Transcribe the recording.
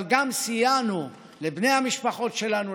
אבל גם סייענו לבני המשפחות שלנו,